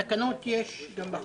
בתקנות, גם בחוק,